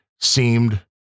seemed